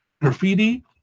Graffiti